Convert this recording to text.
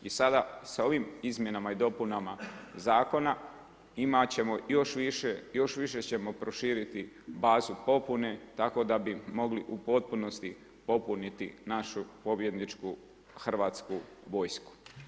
I sada sa ovim izmjenama i dopunama zakona imat ćemo još više, još više ćemo proširiti bazu popune tako da bi mogli u potpunosti popuniti našu pobjedničku hrvatsku vojsku.